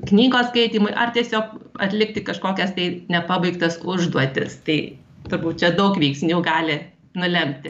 knygos skaitymui ar tiesiog atlikti kažkokias tai nepabaigtas užduotis tai turbūt čia daug veiksnių gali nulemti